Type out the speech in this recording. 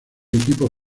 equipo